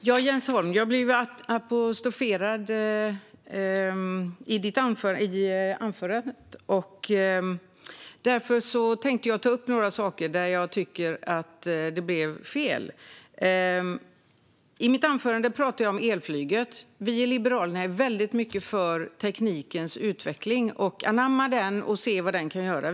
Fru talman! Jag blev apostroferad i Jens Holms anförande och tänkte därför ta upp några saker där jag tycker att det blev fel. I mitt anförande talade jag om elflyget. Vi i Liberalerna är väldigt mycket för teknikens utveckling, att anamma den och se vad den kan göra.